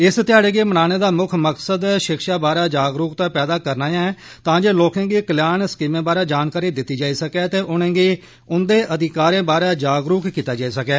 इस ध्याड़े गी मनाने दा मुक्ख मकसद शिक्षा बारै जागरूकता पैदा करना ऐ तां जे लोकें गी कल्याण स्कीमें बारै जानकारी दित्ती जाई सकै ते उनेंगी उन्दे अधिकारें बारै जागरूक कीता जाई सकै